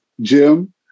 Jim